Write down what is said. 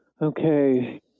Okay